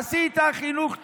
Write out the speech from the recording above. עשית חינוך טוב,